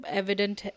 evident